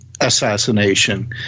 assassination